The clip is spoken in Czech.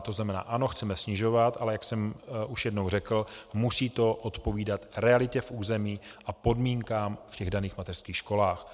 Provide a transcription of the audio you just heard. To znamená ano, chceme snižovat, ale jak jsem už jednou řekl, musí to odpovídat realitě v území a podmínkám v těch daných mateřských školách.